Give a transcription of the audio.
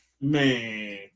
Man